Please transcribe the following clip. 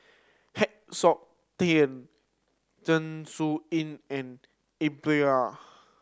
Heng Siok Tian Zeng Shouyin and